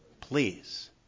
Please